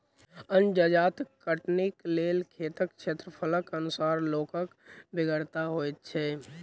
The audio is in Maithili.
अन्न जजाति कटनीक लेल खेतक क्षेत्रफलक अनुसार लोकक बेगरता होइत छै